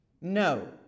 No